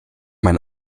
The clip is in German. mein